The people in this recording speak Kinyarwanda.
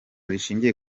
rishingiye